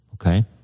okay